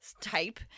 type